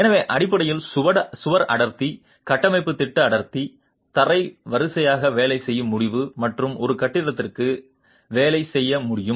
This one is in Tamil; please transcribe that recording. எனவே அடிப்படையில் சுவர் அடர்த்தி கட்டமைப்பு திட்ட அடர்த்தி தரை வாரியாக வேலை செய்ய முடியும் மற்றும் ஒரு கட்டிடத்திற்கு சரி வேலை செய்ய முடியும்